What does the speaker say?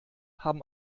haben